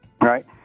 Right